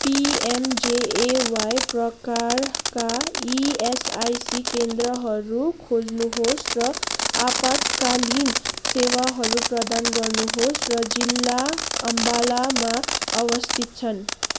PMJAY प्रकारका ESIC केन्द्रहरू खोज्नुहोस् र आपतकालीन सेवाहरू प्रदान गर्नुहोस् र जिल्ला अम्बालामा अवस्थित छन्